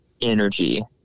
energy